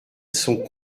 sont